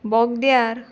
बोगद्यार